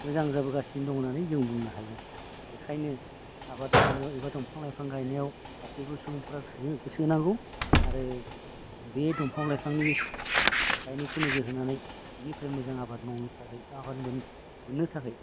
मोजां जाबोगासिनो दं होननानै जों बुंनो हायो बेखायनो आबाद मावनायाव एबा दंफां लाइफां गायनायाव गासैबो सुबुंफ्रा गोसो होनांगौ आरो बे दंफां लाइफांनि गायनायखौ नोजोर होनानै बेनिफ्राय मोजां आबाद मावनो थाखाय मोजां आबाद मोननो थाखाय